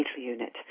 unit